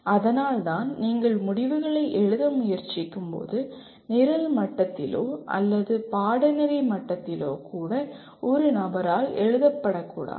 அதனால்தான் நீங்கள் முடிவுகளை எழுத முயற்சிக்கும்போது நிரல் மட்டத்திலோ அல்லது பாடநெறி மட்டத்திலோ கூட ஒரு நபரால் எழுதப்படக்கூடாது